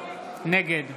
נגד